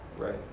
Right